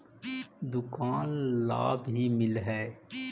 दुकान ला भी मिलहै?